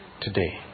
today